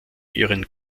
ihren